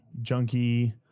junkie